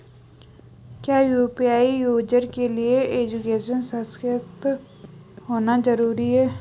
क्या UPI user के लिए एजुकेशनल सशक्त होना जरूरी है?